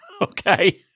Okay